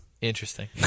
Interesting